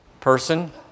person